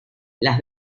las